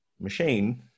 machine